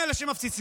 הם אלה שמפציצים.